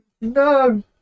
No